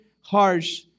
harsh